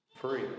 Free